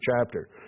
chapter